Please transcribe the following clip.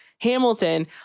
Hamilton